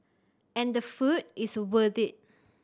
and the food is worth it